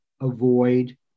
avoid